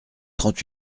trente